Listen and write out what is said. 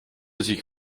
sich